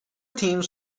teams